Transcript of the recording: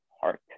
heart